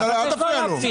ואל תפריע לו.